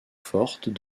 fortes